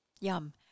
yum